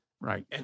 Right